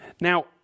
Now